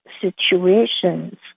situations